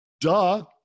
Duh